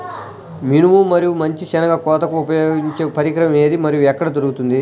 మినుము మరియు మంచి శెనగ కోతకు ఉపయోగించే పరికరం ఏది మరియు ఎక్కడ దొరుకుతుంది?